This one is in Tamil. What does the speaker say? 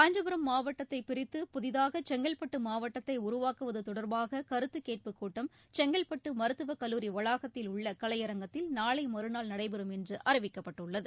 காஞ்சிபுரம் மாவட்டத்தை பிரித்து புதிதாக செங்கல்பட்டு மாவட்டத்தை உருவாக்குவது தொடர்பாக கருத்துக் கேட்பு கூட்டம் செங்கல்பட்டு மருத்துவக் கல்லூரி வளாகத்தில் உள்ள கலையரங்கத்தில் நாளை மறுநாள் நடைபெறும் என்று அறிவிக்கப்பட்டுள்ளது